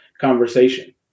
conversation